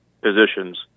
positions